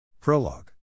Prologue